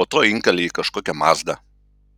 po to inkalė į kažkokią mazdą